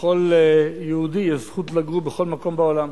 לכל יהודי יש זכות לגור בכל מקום בעולם.